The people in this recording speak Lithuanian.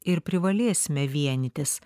ir privalėsime vienytis